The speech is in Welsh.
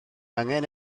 angen